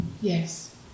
yes